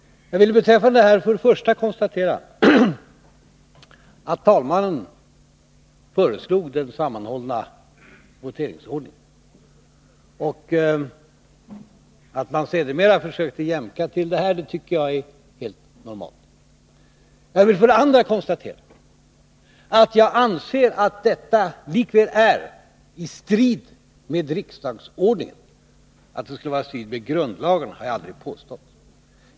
Jag vill beträffande detta för det första konstatera att talmannen föreslog den sammanhållna voteringsordningen. Att man sedermera försökte jämka till det här tycker jag är helt normalt. För det andra vill jag konstatera att jag anser att detta likväl är i strid med riksdagsordningen. Att detta skulle vara i strid med grundlagarna har jag aldrig påstått.